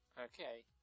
Okay